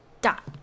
Dot